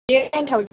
बेयो nine thousand